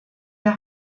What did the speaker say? der